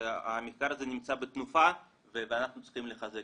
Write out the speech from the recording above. המחקר הזה נמצא בתנופה ואנחנו צריכים לחזק